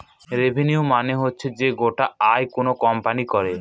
revenue মানে হচ্ছে যে গোটা আয় কোনো কোম্পানি করে